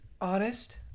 Honest